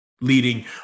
Leading